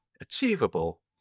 achievable